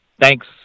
Thanks